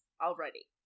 Already